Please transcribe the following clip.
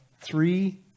three